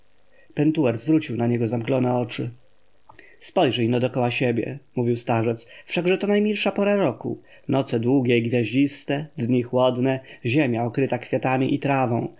pentuer zwrócił na niego zamglone oczy spojrzyj-no dokoła siebie mówił starzec wszakże to najmilsza pora roku noce długie i gwiaździste dni chłodne ziemia okryta kwiatami i trawą